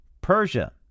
Persia